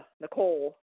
Nicole